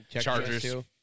Chargers